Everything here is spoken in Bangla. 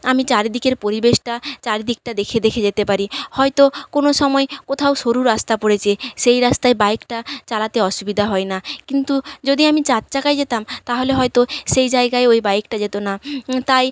আমি চারিদিকের পরিবেশটা চারদিকটা দেখে দেখে যেতে পারি হয়তো কোনো সময় কোথাও সরু রাস্তা পড়েছে সেই রাস্তায় বাইকটা চালাতে অসুবিধা হয় না কিন্তু যদি আমি চার চাকায় যেতাম তাহলে হয়তো সেই জায়গায় ওই বাইকটা যেতো না তাই